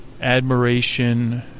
admiration